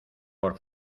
por